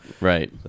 right